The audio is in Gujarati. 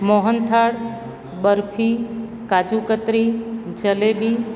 મોહનથાળ બરફી કાજુકતરી જલેબી